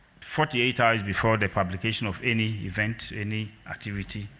forty eight hours before the publication of any event, any activity,